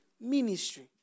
ministry